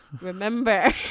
Remember